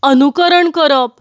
अनुकरण करप